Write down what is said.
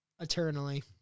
eternally